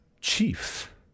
chief